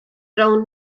rownd